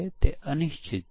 જવાબ ખૂબ મુશ્કેલ નથી